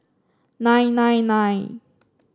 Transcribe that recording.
nine nine nine